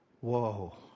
Whoa